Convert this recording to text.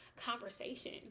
conversation